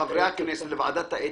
לוועדת האתיקה?